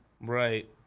Right